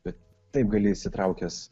bet taip gali įsitraukęs